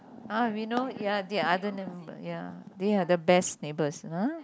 ah we know ya the other neighbor ya they are the best neighbors ah